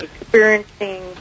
experiencing